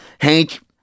Hank